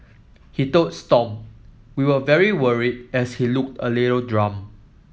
he told Stomp we were very worried as he looked a little drunk